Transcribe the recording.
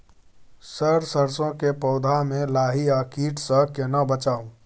Sir सरसो के पौधा में लाही आ कीट स केना बचाऊ?